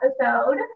episode